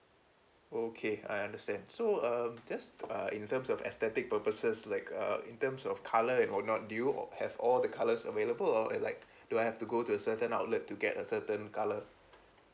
okay I understand so um just uh in terms of aesthetic purposes like uh in terms of colour and whatnot do you al~ have all the colours available or it like do I have to go to a certain outlet to get a certain colour